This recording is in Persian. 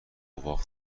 واق